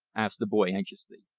asked the boy anxiously.